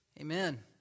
Amen